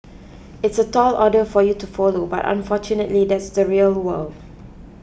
it's a tall order for you to follow but unfortunately that's the real world